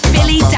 Billy